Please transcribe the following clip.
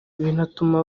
binatuma